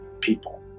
people